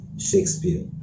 Shakespeare